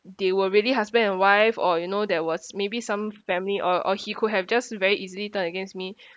they were really husband and wife or you know there was maybe some family or or he could have just very easily turn against me